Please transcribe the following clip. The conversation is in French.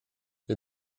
les